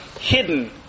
hidden